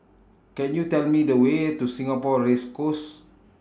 Can YOU Tell Me The Way to Singapore Race Course